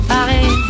Paris